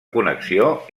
connexió